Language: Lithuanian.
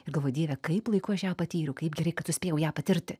ir galvoji dieve kaip laiku aš ją patyriau kaip gerai kad suspėjau ją patirti